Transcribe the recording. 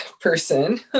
person